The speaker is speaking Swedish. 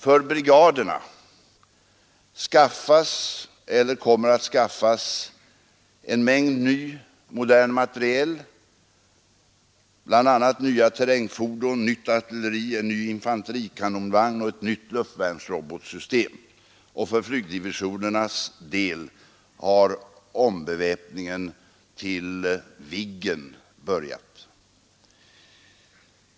För brigaderna skaffas eller kommer att skaffas en mängd ny modern materiel, bl.a. terrängfordon, nytt artilleri, en ny infanterikanonvagn och ett nytt luftvärnsrobotsystem, och för flygdivisionernas del har ombeväpningen till Viggen börjat.